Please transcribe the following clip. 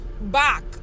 back